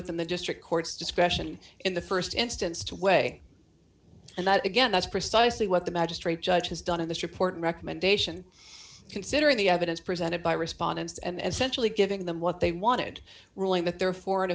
within the district court's discretion in the st instance to weigh and that again that's precisely what the magistrate judge has done in this report recommendation considering the evidence presented by respondents and centrally giving them what they wanted ruling that their foreign